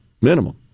minimum